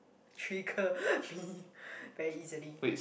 trigger me very easily